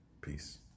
Peace